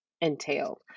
entailed